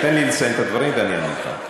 תן לי לסיים את הדברים ואני אענה לך.